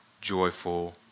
joyful